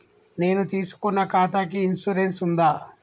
నేను తీసుకున్న ఖాతాకి ఇన్సూరెన్స్ ఉందా?